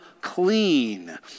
clean